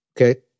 Okay